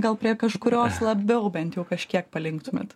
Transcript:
gal prie kažkurios labiau bent jau kažkiek palinktumėt